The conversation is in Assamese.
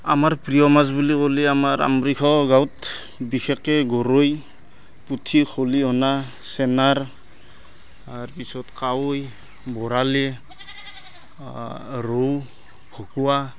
আমাৰ প্ৰিয় মাছ বুলি ক'লে আমাৰ আমৰিষ গাঁৱত বিশেষকে গৰৈ পুঠি খলিহনা চেনাৰ তাৰপিছত কাৱৈ বৰালি ৰৌ ভকুৱা